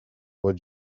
what